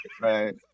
Right